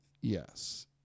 Yes